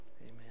Amen